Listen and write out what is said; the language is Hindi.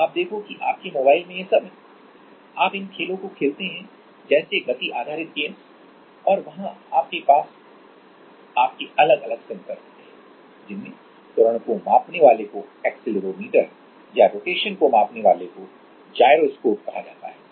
तो आप देखो कि आपके मोबाइल में यह सब है आप इन खेलों को खेलते हैं जैसे गति आधारित गेम्स और वहां आपके पास आपके अलग अलग सेंसर होते हैं जिसमें त्वरण को मापने वाले को एक्सेलेरोमीटर या रोटेशन को मापने वाले को जाइरोस्कोप कहा जाता है